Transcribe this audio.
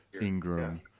Ingram